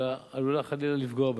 אלא עלול חלילה לפגוע בהם,